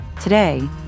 Today